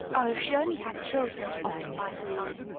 oh, if she only had children to occupy her time!